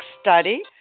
study